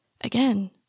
Again